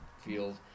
field